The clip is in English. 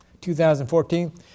2014